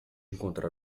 encontrar